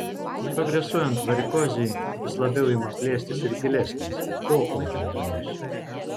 progresuojant varikozei vis labiau ima plėstis ir gilesnės poodžio venos